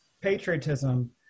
patriotism